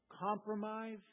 compromise